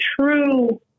true